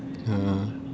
ya